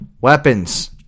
weapons